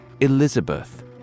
Elizabeth